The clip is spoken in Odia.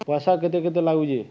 ପଇସା କେତେ କେତେ ଲାଗୁଛେ